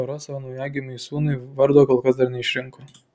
pora savo naujagimiui sūnui vardo kol kas dar neišrinko